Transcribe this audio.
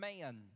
man